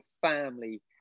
family